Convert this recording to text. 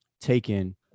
taken